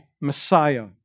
Messiah